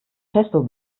testo